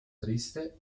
triste